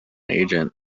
agent